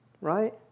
Right